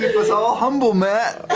us all humble, matt.